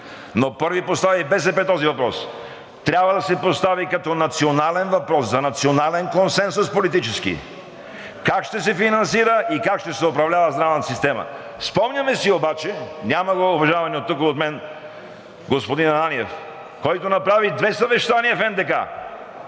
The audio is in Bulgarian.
но първа БСП постави този въпрос, трябва да се постави като национален въпрос за национален политически консенсус как ще се финансира и как ще се управлява здравната система. Спомняме си обаче – няма го тук уважавания от мен господин Ананиев, който направи две съвещания в НДК,